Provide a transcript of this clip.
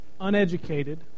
uneducated